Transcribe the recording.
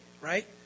right